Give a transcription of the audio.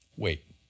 wait